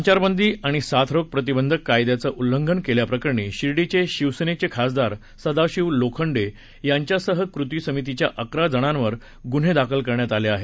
संचारबंदी आणि साथरोग प्रतिबंधक कायद्याच उल्लंघन केल्याप्रकरणी शिर्डीचे शिवसेनेचे खासदार सदाशिव लोखंडे यांच्यासह कृती समितीच्या अकरा जणांवर गुन्हे दाखल करण्यात आले आहेत